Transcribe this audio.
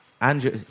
Andrew